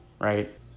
right